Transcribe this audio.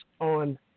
on